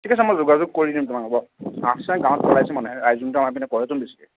ঠিক আছে মই যোগাযোগ কৰি দিম তোমাক হ'ব আছে গাঁৱত পেলাইছে মানুহে আইজঙটো আমাৰ সেইফালে কৰেতো বেছিকৈ